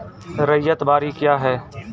रैयत बाड़ी क्या हैं?